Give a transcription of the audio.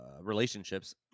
relationships